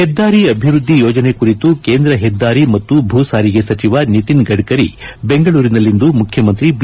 ಹೆದ್ದಾರಿ ಅಭಿವೃದ್ದಿ ಯೋಜನೆ ಕುರಿತು ಕೇಂದ್ರ ಹೆದ್ದಾರಿ ಮತ್ತು ಭೂಸಾರಿಗೆ ಸಚಿವ ನಿತಿನ್ ಗಡ್ಕರಿ ಬೆಂಗಳೂರಿನಲ್ಲಿಂದು ಮುಖ್ಯಮಂತ್ರಿ ಬಿ